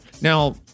Now